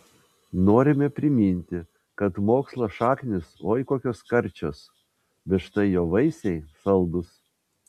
norime priminti kad mokslo šaknys oi kokios karčios bet štai jo vaisiai saldūs